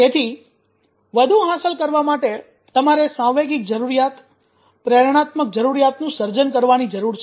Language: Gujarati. તેથી વધુ હાંસલ કરવા માટે તમારે સાંવેગિક જરૂરિયાત પ્રેરણાત્મક જરૂરિયાતનું સર્જન કરવાની જરૂર છે